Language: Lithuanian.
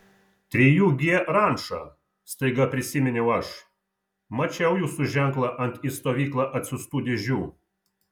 trijų g ranča staiga prisiminiau aš mačiau jūsų ženklą ant į stovyklą atsiųstų dėžių